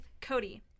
Cody